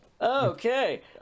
Okay